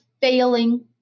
failing